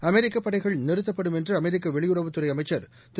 அமெரிக்க படைகள் நிறுத்தப்படும் என்று அமெரிக்க வெளியுறவுத் துறை அமைச்சர் திரு